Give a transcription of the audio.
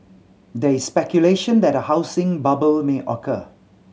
there is speculation that a housing bubble may occur